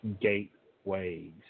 gateways